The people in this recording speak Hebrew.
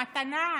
מתנה.